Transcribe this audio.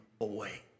away